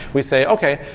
we say, okay,